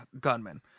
gunmen